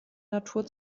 natur